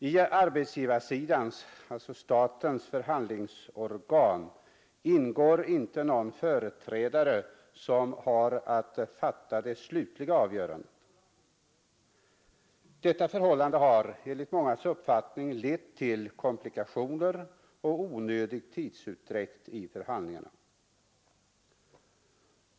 I arbetsgivarsidans, alltså statens, förhandlingsorgan ingår inte någon företrädare som har att fatta det slutliga avgörandet. Detta förhållande har enligt mångas uppfattning lett till komplikationer och onödig tidsutdräkt i förhandlingarna.